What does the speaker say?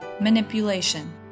Manipulation